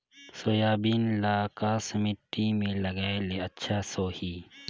Soybean ल कस माटी मे लगाय ले अच्छा सोही?